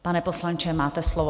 Pane poslanče, máte slovo.